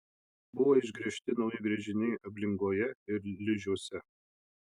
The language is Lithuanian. buvo išgręžti nauji gręžiniai ablingoje ir ližiuose